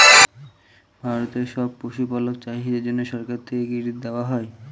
ভারতের সব পশুপালক চাষীদের জন্যে সরকার থেকে ক্রেডিট দেওয়া হয়